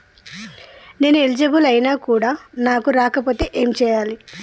నేను ఎలిజిబుల్ ఐనా కూడా నాకు రాకపోతే ఏం చేయాలి?